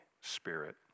Spirit